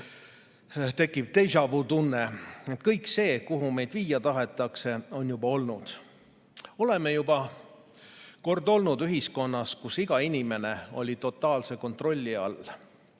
kõik see, kuhu meid viia tahetakse, on juba olnud. Oleme juba kord olnud ühiskonnas, kus iga inimene oli totaalse kontrolli all,